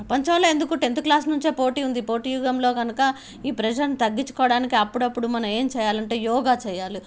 ప్రపంచంలో ఎందుకు tenth class నుంచి పోటీ ఉంది పోటీ యుగంలో కనుక ఈ ప్రెషర్ తగ్గించుకోవడానికి అప్పుడప్పుడు మనం ఏమి చేయాలి అంటే యోగా చేయాలి